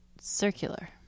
circular